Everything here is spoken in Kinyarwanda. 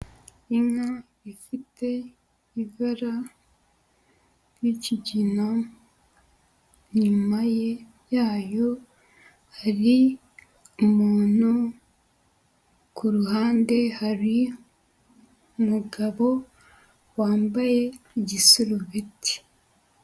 Inka ifite ibara ry'ikigina, inyuma yayo hari umuntu, ku ruhande hari umugabo wambaye igisurubeti.